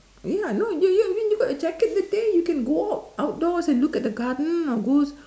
ya I know you you you got the jacket in the day you can go out outdoors and look at garden or go